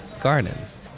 gardens